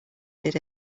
did